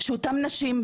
שאותן נשים,